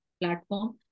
platform